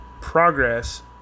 progress